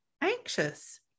anxious